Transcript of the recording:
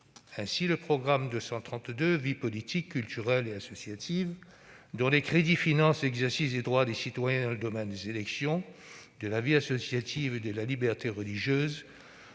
Ainsi, le programme 232, « Vie politique, cultuelle et associative », dont les crédits financent l'exercice des droits des citoyens dans le domaine des élections, de la vie associative et de la liberté religieuse,